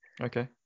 okay